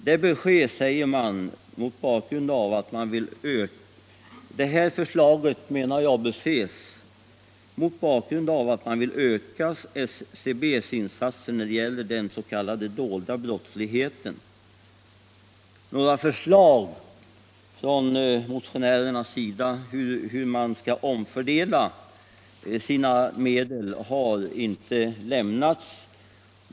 Detta förslag bör, anser jag, ses mot bakgrund av att man vill öka SCB:s insatser när det gäller den s.k. dolda brottsligheten. Några förslag från motionärernas sida hur SCB skall omfördela sina medel har inte lämnats.